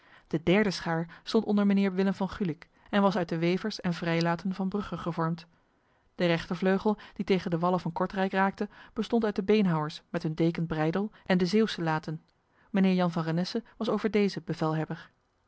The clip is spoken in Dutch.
de derde schaar stond onder mijnheer willem van gulik en was uit de wevers en vrijlaten van brugge gevormd de rechtervleugel die tegen de wallen van kortrijk raakte bestond uit de beenhouwers met hun deken breydel en de zeeuwse laten mijnheer jan van renesse was over dezen bevelhebber